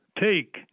take